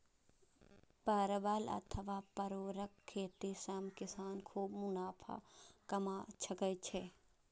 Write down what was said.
परवल अथवा परोरक खेती सं किसान खूब मुनाफा कमा सकै छै